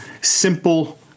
simple